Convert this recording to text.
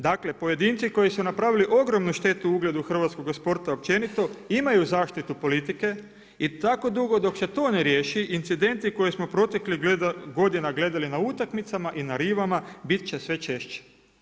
Dakle, pojedinci koji su napravili ogromnu štetu ugledu hrvatskoga sporta općenito, imaju zaštitu politike i tako dugo dok se to ne riješi, incidenti koje smo proteklih godina gledali na utakmicama i na rivama, bit će sve češći.